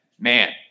man